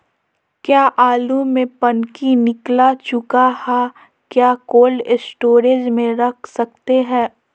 क्या आलु में पनकी निकला चुका हा क्या कोल्ड स्टोरेज में रख सकते हैं?